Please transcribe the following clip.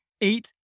eight